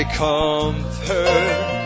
comfort